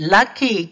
Lucky